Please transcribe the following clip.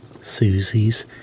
Susie's